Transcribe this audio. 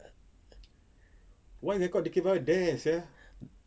sia